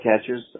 catchers